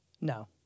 No